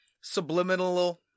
subliminal